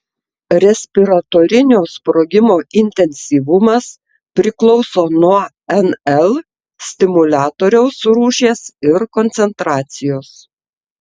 respiratorinio sprogimo intensyvumas priklauso nuo nl stimuliatoriaus rūšies ir koncentracijos